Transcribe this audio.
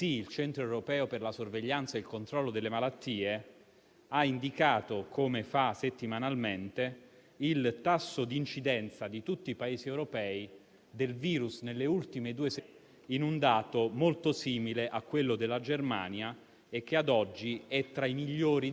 e che il comportamento degli italiani e le misure del Governo nazionale, come quelle dei governi regionali, sono riuscite a piegare la curva e ci consegnano ancora un significativo vantaggio rispetto alla stragrande maggioranza dei Paesi europei.